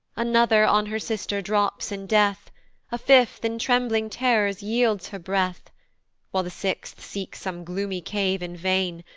another on her sister drops in death a fifth in trembling terrors yields her breath while the sixth seeks some gloomy cave in vain,